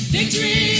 Victory